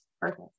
Perfect